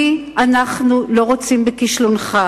אני, אנחנו לא רוצים בכישלונך.